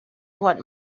what